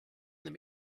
them